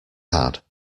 had